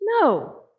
No